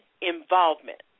involvement